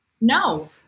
No